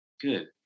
good